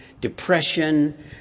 depression